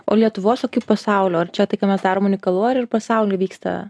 o lietuvos o kaip pasaulio ar čia tai ką mes darom unikalu ar ir pasauly vyksta